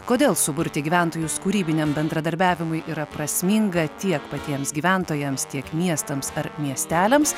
kodėl suburti gyventojus kūrybiniam bendradarbiavimui yra prasminga tiek patiems gyventojams tiek miestams ar miesteliams